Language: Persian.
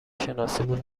شناسیمون